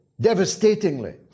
devastatingly